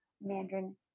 Mandarin